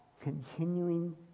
continuing